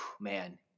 man